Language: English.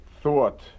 thought